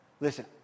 Listen